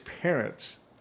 parents